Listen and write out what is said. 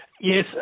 Yes